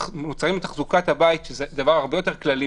לאוכלוסיות יותר מוחלשות ולכאלה שצריכים יותר ניידות.